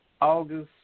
August